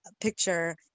picture